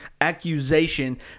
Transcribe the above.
accusation